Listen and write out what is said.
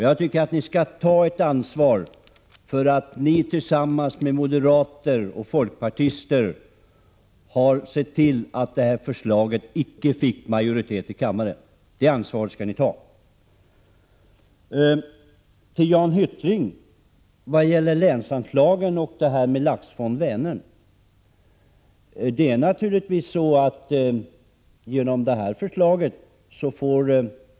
Jag tycker ni skall ta ert ansvar för att ni, tillsammans med moderaterna och folkpartiet, såg till att förslaget icke fick majoritet i kammaren. Det ansvaret skall ni ta. Så några ord till Jan Hyttring om länsanslagen och Laxfond för Vänern.